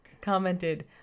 Commented